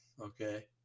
Okay